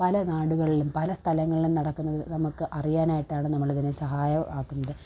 പല നാടുകളിലും പല സ്ഥലങ്ങളിലും നടക്കുന്നത് നമുക്ക് അറിയാനായിട്ടാണ് നമ്മളിതിനെ സഹായം ആക്കുന്നത്